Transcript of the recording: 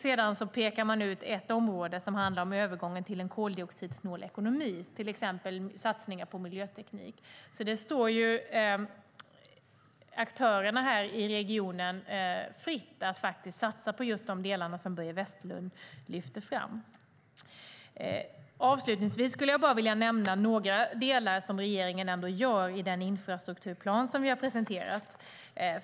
Sedan pekar man även ut ett område gällande övergången till en koldioxidsnål ekonomi, till exempel genom satsningar på miljöteknik. Det står aktörerna i regionen fritt att satsa på just de delar som Börje Vestlund lyfter fram. Avslutningsvis skulle jag vilja nämna några saker som regeringen gör enligt den infrastrukturplan som vi har presenterat.